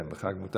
כן, בחג מותר.